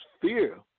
fear